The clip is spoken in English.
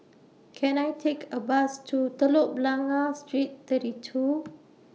Can I Take A Bus to Telok Blangah Street thirty two